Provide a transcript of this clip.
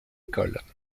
écoles